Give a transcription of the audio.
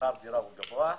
שכר הדירה הוא גבוה.